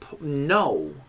No